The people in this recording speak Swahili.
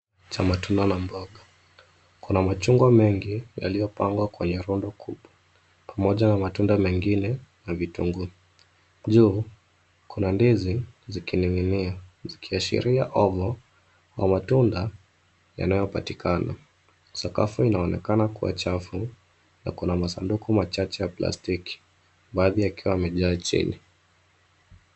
Cha matunda na mboga, kuna machungwa mengi yaliyopangwa kwenye rundo kubwa, pamoja na matunda mengine na vitunguu. Juu kuna ndizi zikinining'inia, zikiashiria omo la matunda yanayopatikana. Sakafu inaonekana kuwa chafu na kuna masanduku machache ya plastiki, baadhi yakiwa yamejaa chini.